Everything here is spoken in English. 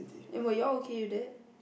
and were you all okay with that